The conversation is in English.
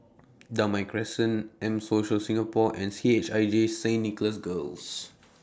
Damai Crescent M Social Singapore and C H I J Saint Nicholas Girls